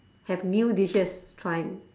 have new dishes trying